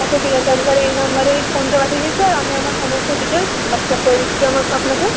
আচ্ছা ঠিক আছে আমি তাহলে এই নম্বরেই ফোনপে পাঠিয়ে দিচ্ছি আর আমি আমার সমস্ত ডিটেলস হোয়াটসঅ্যাপ করে দিচ্ছি আমার আপনাকে